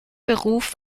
beruf